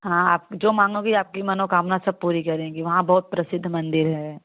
हाँ आप जो माँगोगी आपकी मनोकामना सब पूरी करेंगी वहाँ बहुत प्रसिद्ध मंदिर है